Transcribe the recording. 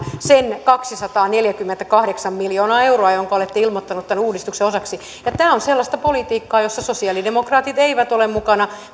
sen kaksisataaneljäkymmentäkahdeksan miljoonaa euroa jonka olette ilmoittaneet tämän uudistuksen osaksi tämä on sellaista politiikkaa jossa sosialidemokraatit eivät ole mukana